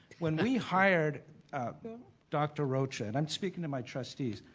when we hired dr. rocha, and i'm speaking to my trustees,